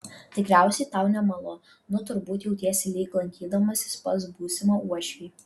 tikriausiai tau nemalonu turbūt jautiesi lyg lankydamasis pas būsimą uošvį